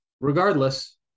Regardless